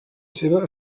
seva